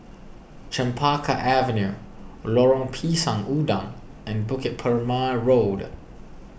Chempaka Avenue Lorong Pisang Udang and Bukit Purmei Road